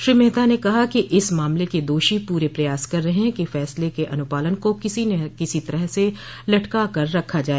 श्री मेहता ने कहा कि इस मामल के दोषी पूरे प्रयास कर रहे हैं कि फैसले के अनुपालन को किसी न किसी तरह से लटकाकर रखा जाए